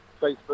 Facebook